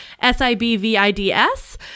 S-I-B-V-I-D-S